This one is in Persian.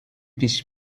پیش